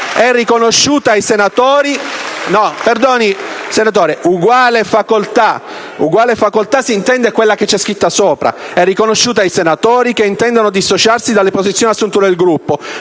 «è riconosciuta ai senatori che intendono dissociarsi dalle posizioni assunte dal Gruppo,